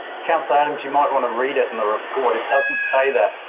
councillor adams, you might want to read it in the report, it doesn't say that.